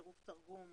צירוף תרגום